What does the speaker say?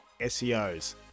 SEOs